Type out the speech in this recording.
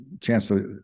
Chancellor